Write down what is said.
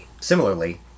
Similarly